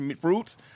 fruits